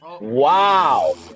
Wow